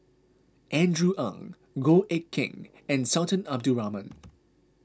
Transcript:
Andrew Ang Goh Eck Kheng and Sultan Abdul Rahman